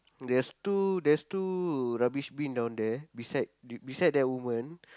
there's two there's two rubbish bin down there beside beside that woman